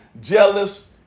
jealous